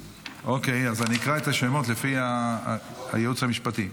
אוקיי, אז אני אקריא את השמות לפי הייעוץ המשפטי.